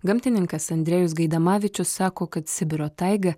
gamtininkas andrejus gaidamavičius sako kad sibiro taiga